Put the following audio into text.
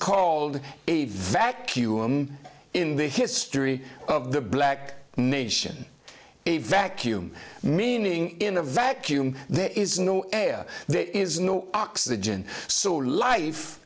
called a vacuum in the history of the black nation a vacuum meaning in a vacuum there is no air there is no oxygen so life